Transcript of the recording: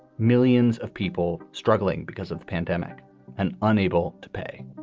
millions of people struggling because of pandemic and unable to pay.